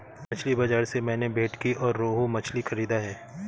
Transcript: मछली बाजार से मैंने भेंटकी और रोहू मछली खरीदा है